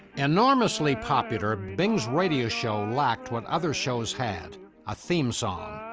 enormously popular, ah bing's radio show lacked what other shows had a theme song.